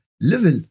level